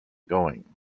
going